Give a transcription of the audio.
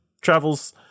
travels